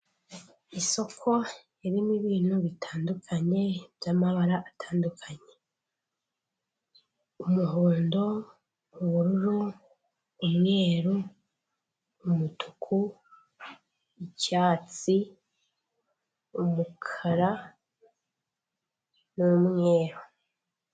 Isoko ririmo ibintu bitandukanye by'amabara atandukanye, umuhondo, ubururu, umweru umutuku, icyatsi umukara n'umweru.